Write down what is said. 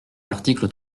l’article